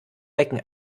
becken